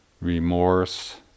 remorse